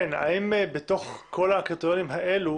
כן, האם בתוך כל הקריטריונים האלו